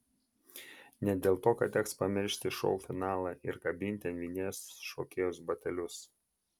ne dėl to kad teks pamiršti šou finalą ir kabinti ant vinies šokėjos batelius